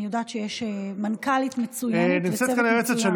אני יודעת שיש מנכ"לית מצוינת וצוות מצוין,